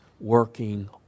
working